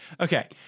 Okay